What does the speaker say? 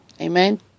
Amen